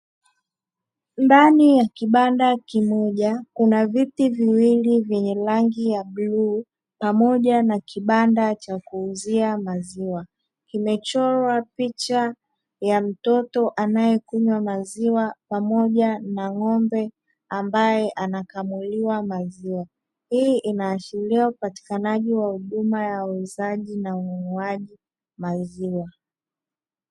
Ndani ya kibanda kimoja kuna viti viwili vyenye rangi ya bluu pamoja na kibanda cha kuuzia maziwa, kimechorwa picha ya mtoto anayekunywa maziwa pamoja na ng'ombe ambaye anakamuliwa maziwa. Hii inaashiria upatikanaji ya huduma ya uuzaji na ununuaji wa maziwa.